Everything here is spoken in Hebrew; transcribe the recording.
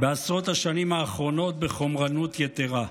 בעשרות השנים האחרונות בחומרנות יתרה.